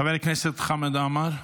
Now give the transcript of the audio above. חבר הכנסת חמד עמאר,